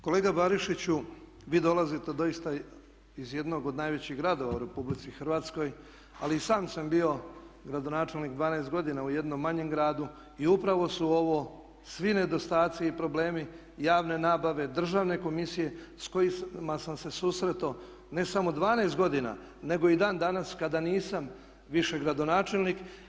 Kolega Barišiću, vi dolazite doista iz jednog od najvećih gradova u Republici Hrvatskoj, ali i sam sam bio gradonačelnik 12 godina u jednom manjem gradu i upravo su ovo svi nedostatci i problemi javne nabave Državne komisije s kojima sam se susreto ne samo 12 godina, nego i dan danas kada nisam više gradonačelnik.